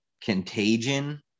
Contagion